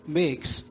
makes